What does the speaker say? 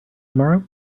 tomorrow